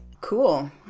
Cool